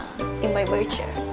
in my wheelchair